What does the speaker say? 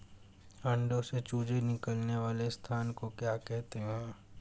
अंडों से चूजे निकलने वाले स्थान को क्या कहते हैं?